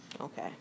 Okay